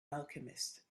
alchemist